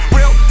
Real